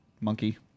Monkey